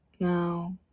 Now